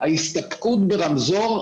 ההסתפקות ברמזור,